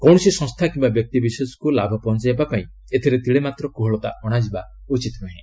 କୌଣସି ସଂସ୍ଥା କିମ୍ବା ବ୍ୟକ୍ତିବିଶେଷକୁ ଲାଭ ପହଞ୍ଚାଇବା ପାଇଁ ଏଥିରେ ତିଳେମାତ୍ର କୋହଳତା ଅଶାଯିବା ଉଚିତ ନୁହେଁ